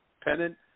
pennant